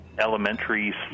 elementary